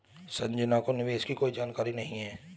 संजना को निवेश की कोई जानकारी नहीं है